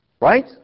Right